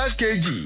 kg